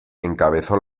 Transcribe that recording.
encabezó